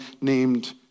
named